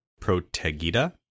Protegida